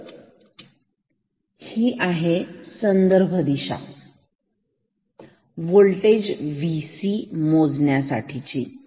तर ही आहे संदर्भ दिशा होल्टेज VC मोजण्यासाठी ची